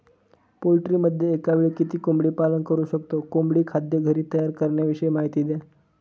पोल्ट्रीमध्ये एकावेळी किती कोंबडी पालन करु शकतो? कोंबडी खाद्य घरी तयार करण्याविषयी माहिती द्या